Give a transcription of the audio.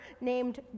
named